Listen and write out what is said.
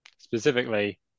Specifically